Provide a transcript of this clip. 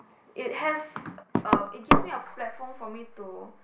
it has um it gives me a platform for me to